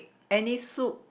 any soup